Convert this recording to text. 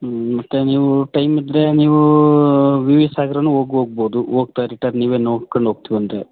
ಹ್ಞೂ ಮತ್ತೆ ನೀವು ಟೈಮ್ ಇದ್ದರೆ ನೀವು ವಿ ವಿ ಸಾಗರನು ಹೋಗ್ ಹೋಗ್ಬೋದು ಹೋಗ್ತ ರಿಟರ್ನ್ ನೀವೇ ನೋಡ್ಕಂಡು ಹೋಗ್ತಿವ್ ಅಂದರೆ